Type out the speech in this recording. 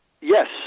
yes